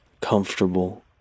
comfortable